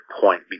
point